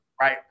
right